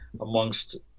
amongst